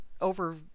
over